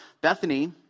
Bethany